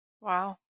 Wow